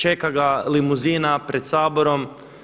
Čeka ga limuzina pred Saborom.